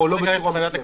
אני הולך לוועדת הכנסת.